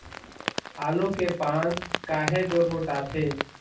आलू के पान काहे गुरमुटाथे?